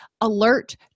alert